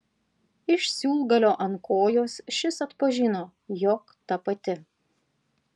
iš siūlgalio ant kojos šis atpažino jog ta pati